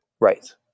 Right